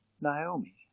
Naomi